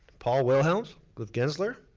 paul wilhelms with gensler.